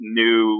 new